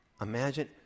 Imagine